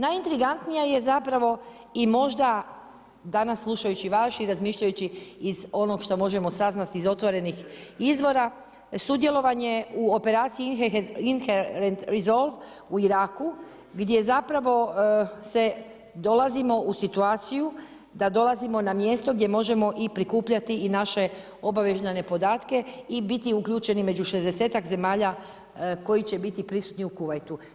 Najintrigantnija je zapravo i možda danas slušajući vas i razmišljajući iz onog što možemo saznati iz otvorenih izvora, sudjelovanje u Operaciji INHERENT RESOLVE u Iraku gdje zapravo se dolazimo u situaciju da dolazimo na mjesto gdje možemo i prikupljati i naše obavještajne podatke i biti uključeni među 60-tak zemalja koji će biti prisutni u Kuvajtu.